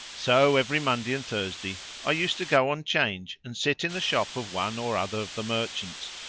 so, every monday and thursday i used to go on change and sit in the shop of one or other of the merchants,